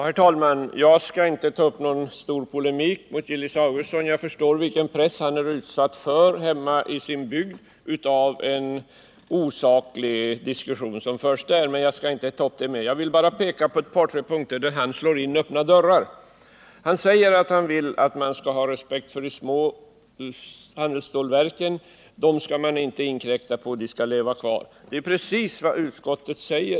Herr talman! Jag skall inte ta upp någon lång polemik med Gillis Augustsson, för jag förstår vilken press han är utsatt för hemma i sin bygd genom den osakliga diskussion som förs där. Men jag vill peka på ett par tre punkter, där han slår in öppna dörrar. Gillis Augustsson säger att han vill att man skall ha respekt för de små handelsstålverken. Dem skall man inte inkräkta på, de skall leva kvar. Men det är ju precis vad utskottet säger.